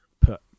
put